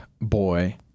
boy